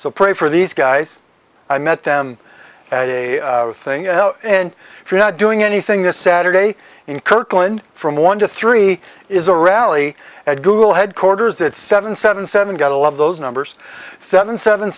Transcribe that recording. so pray for these guys i met them at a thing and if you're not doing anything this saturday in kirkland from one to three is a rally at google headquarters it's seven seven seven gotta love those numbers seven seven